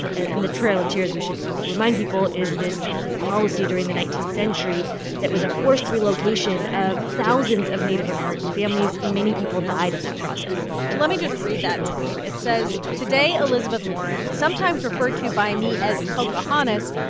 and the trail of tears, we should remind people, is this policy during the nineteenth century that was a forced relocation of thousands of native american families. many people died in that process let me just read that tweet. it says, today elizabeth warren, sometimes referred to by me as pocahontas,